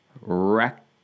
Rack